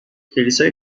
کلیسای